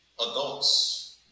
adults